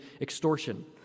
extortion